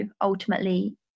ultimately